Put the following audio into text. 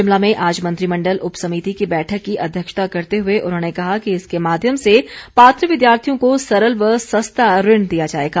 शिमला में आज मंत्रिमंडल उपसमिति की बैठक की अध्यक्षता करते हए उन्होंने कहा कि इसके माध्यम से पात्र विद्यार्थियों को सरल व सस्ता ऋण दिया जाएगा